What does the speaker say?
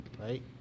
right